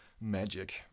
magic